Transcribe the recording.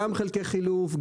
גם חלקי חילוף,